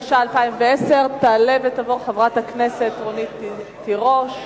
התש"ע 2010. תעלה ותבוא חברת הכנסת רונית תירוש.